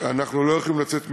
אנחנו לא יכולים לצאת מירושלים.